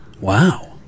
Wow